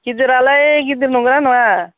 गिदिरालाय गिदिर नंगौना नङा